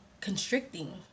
constricting